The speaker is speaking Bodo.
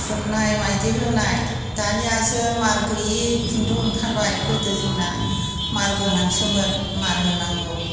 थुननाय माइदि होनाय दानियासो मार गैयि खुन्दुं ओंखारबाय गोदो जोंना मार गोनांसोमोन मार होनांगौ